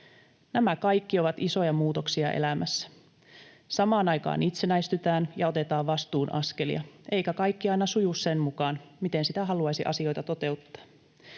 Nämä kaikki ovat isoja muutoksia elämässä. Samaan aikaan itsenäistytään ja otetaan vastuun askelia, eikä kaikki aina suju sen mukaan, miten haluaisi asioita toteuttaa.